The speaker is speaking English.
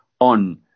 on